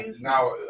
now